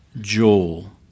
Joel